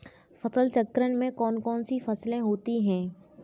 फसल चक्रण में कौन कौन सी फसलें होती हैं?